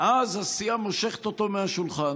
אז הסיעה מושכת אותו מהשולחן.